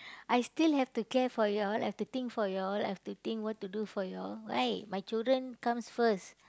I still have to care for you all I've to think for you all I've to think what to do for you all right my children comes first